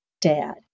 dad